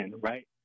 right